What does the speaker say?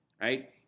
right